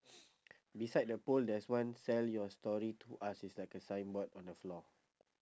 beside the pole there's one sell your story to us it's like a signboard on the floor